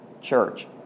church